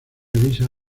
avisa